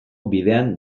bidean